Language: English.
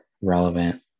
relevant